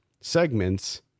segments